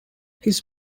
his